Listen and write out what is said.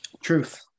Truth